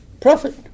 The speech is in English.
profit